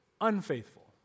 unfaithful